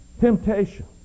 temptation